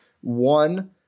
one